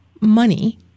money